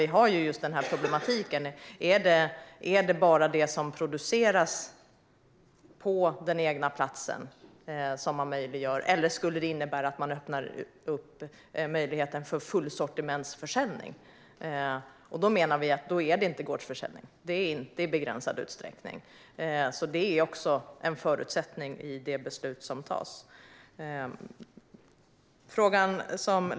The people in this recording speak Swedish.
Vi har dock just denna problematik: Är det bara det som produceras på den egna platsen som man möjliggör, eller skulle det innebära att man öppnar upp möjligheten för fullsortimentsförsäljning? Då menar vi att det inte är gårdsförsäljning - det är inte i begränsad utsträckning. Det är alltså en förutsättning i det beslut som tas.